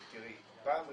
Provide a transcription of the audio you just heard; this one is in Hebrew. אבל תראי, פעם ראשונה,